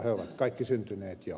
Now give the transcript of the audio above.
he ovat kaikki syntyneet jo